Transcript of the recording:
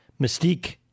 Mystique